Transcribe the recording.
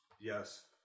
Yes